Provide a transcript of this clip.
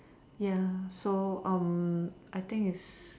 ya so I think it's